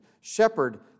Shepherd